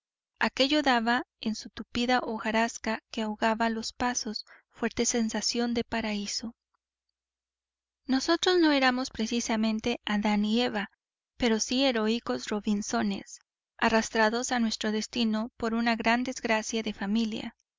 abandono aquello daba en su tupida hojarasca que ahogaba los pasos fuerte sensación de paraíso nosotros no éramos precisamente adán y eva pero sí heroicos robinsones arrastrados a nuestro destino por una gran desgracia de familia